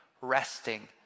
resting